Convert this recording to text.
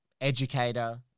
educator